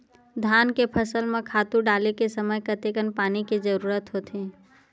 धान के फसल म खातु डाले के समय कतेकन पानी के जरूरत होथे?